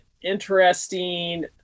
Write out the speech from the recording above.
interesting